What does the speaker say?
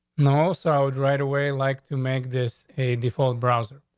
no, also right away. like to make this a default browser?